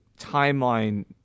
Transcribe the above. timeline